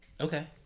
Okay